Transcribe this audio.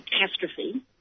catastrophe